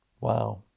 Wow